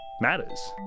matters